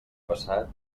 passat